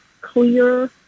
clear